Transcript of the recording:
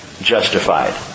justified